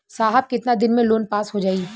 साहब कितना दिन में लोन पास हो जाई?